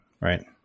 right